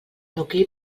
nucli